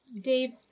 Dave